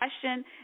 question